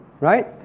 right